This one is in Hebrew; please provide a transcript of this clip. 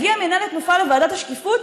הגיעה מינהלת תנופה לוועדת השקיפות,